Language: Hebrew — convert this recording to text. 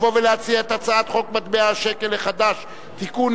לבוא ולהציע את הצעת חוק מטבע השקל החדש (תיקון,